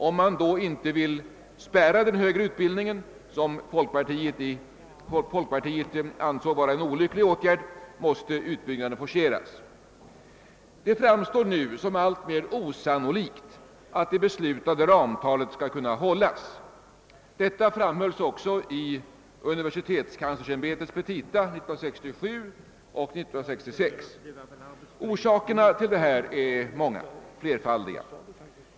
Om man inte ville spärra den högre utbildningen — vilket folkpartiet ansåg vara en olycklig åtgärd — måste utbyggnaden for Ceras. Det framstår nu som alltmer osannolikt att det beslutade ramtalet skall kunna hållas. Detta framhölls också i universitetskanslersämbetets petita åren 1966 och 1967. Orsakerna är flerfaldiga.